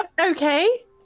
Okay